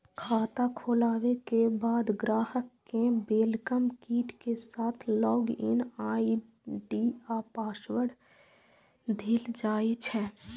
खाता खोलाबे के बाद ग्राहक कें वेलकम किट के साथ लॉग इन आई.डी आ पासवर्ड देल जाइ छै